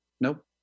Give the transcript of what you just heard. Nope